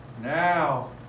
Now